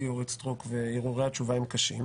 אורית סטרוק והרהורי התשובה הם קשים.